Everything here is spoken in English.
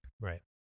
Right